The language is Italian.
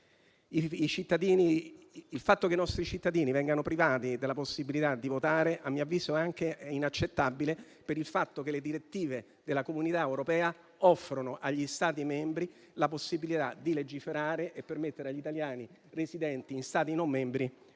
il fatto che i nostri cittadini vengano privati della possibilità di votare è inaccettabile anche per il fatto che le direttive europee offrono agli Stati membri la possibilità di legiferare e permettere agli italiani residenti in Stati non membri